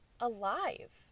alive